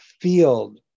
field